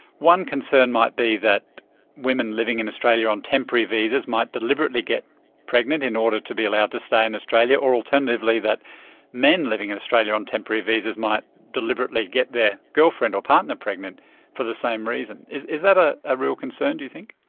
one concern might be that women living in australia on temporary visas might deliberately get pregnant in order to be allowed to stay in australia, or alternatively that men living in australia on temporary visas might deliberately get their girlfriend or partner pregnant for the same reason. is is that ah a real concern, do you think?